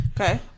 Okay